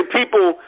people